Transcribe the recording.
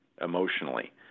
emotionally